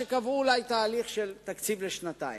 שבעצם הפכו את ההתקדמות שלו לחסרת ערך.